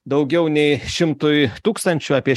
daugiau nei šimtui tūkstančių apie